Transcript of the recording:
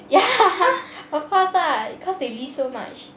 ya of course lah cause they list so much